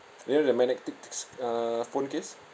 you know the magnetic s~ uh phone case